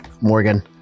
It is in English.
Morgan